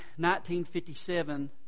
1957